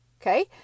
Okay